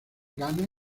ghana